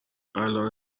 الان